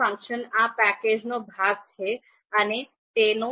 load function આ પેકેજનો ભાગ છે અને તેનો ઉપયોગ ફરી ફાઇલને લોડ કરવા માટે કરી શકાય છે